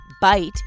Bite